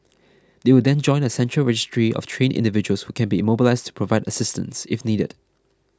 they will then join a central registry of trained individuals who can be mobilised to provide assistance if needed